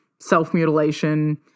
self-mutilation